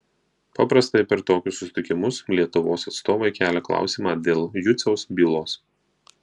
paprastai per tokius susitikimus lietuvos atstovai kelia klausimą dėl juciaus bylos